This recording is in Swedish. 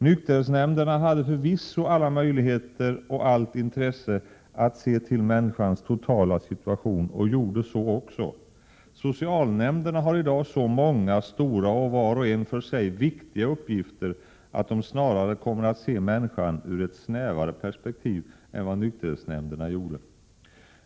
Nykterhetsnämnderna hade förvisso alla möjligheter och allt intresse att se till människans totala situation och gjorde det också. Socialnämnderna har i dag så många, stora och var och en för sig viktiga uppgifter att de snarare kommer att se människan ur ett snävare perspektiv än vad nykterhetsnämnderna gjorde.